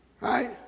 right